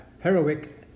heroic